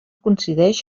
coincidix